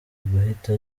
guhita